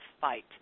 fight